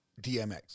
DMX